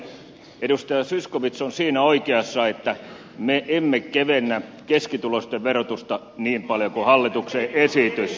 edustaja zyskowicz on siinä oikeassa että me emme kevennä keskituloisten verotusta niin paljon kuin hallituksen esitys